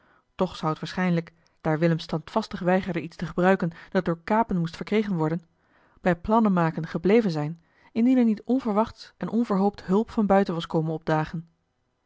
toch zou het waarschijnlijk daar willem standvastig weigerde iets te gebruiken dat door kapen moest verkregen worden bij plannenmaken gebleven zijn indien er niet onverwachts en onverhoopt hulp van buiten was komen opdagen